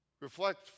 Reflect